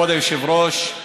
כבוד היושב-ראש,